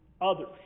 others